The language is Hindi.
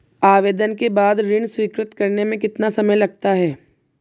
आवेदन के बाद ऋण स्वीकृत करने में कितना समय लगता है?